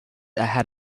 ahead